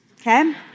okay